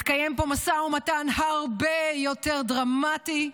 מתקיים פה משא ומתן הרבה יותר דרמטי,